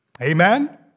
Amen